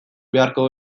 beharko